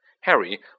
Harry